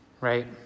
right